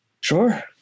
Sure